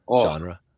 Genre